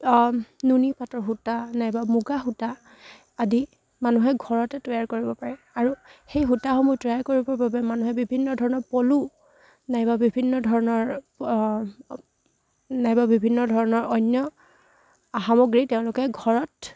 নুনী পাতৰ সূতা নাইবা মুগা সূতা আদি মানুহে ঘৰতে তৈয়াৰ কৰিব পাৰে আৰু সেই সূতাসমূহ তৈয়াৰ কৰিবৰ বাবে মানুহে বিভিন্ন ধৰণৰ পলু নাইবা বিভিন্ন ধৰণৰ নাইবা বিভিন্ন ধৰণৰ অন্য সামগ্ৰী তেওঁলোকে ঘৰত